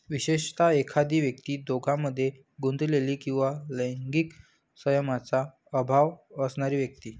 विशेषतः, एखादी व्यक्ती दोषांमध्ये गुंतलेली किंवा लैंगिक संयमाचा अभाव असणारी व्यक्ती